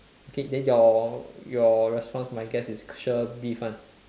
okay then your your response to my guess is sure beef [one]